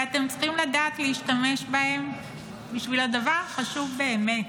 ואתם צריכים לדעת להשתמש בהם בשביל הדבר החשוב באמת,